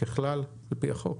על פי החוק?